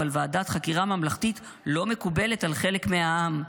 אבל ועדת חקירה ממלכתית לא מקובלת על חלק מהעם.